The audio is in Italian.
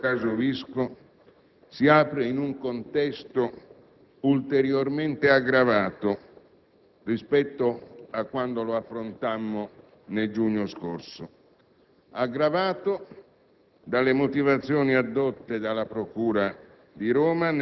il nuovo dibattito sul cosiddetto caso Visco si apre in un contesto ulteriormente aggravato rispetto a quando lo affrontammo nel giugno scorso;